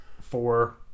Four